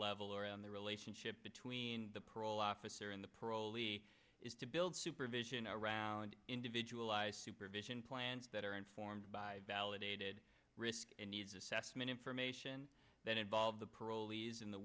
level around the relationship between the parole officer in the parolee is to build supervision around individualized supervision plans that are informed by validated risk and needs assessment information that involve the